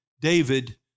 David